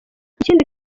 ikindi